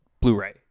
Blu-ray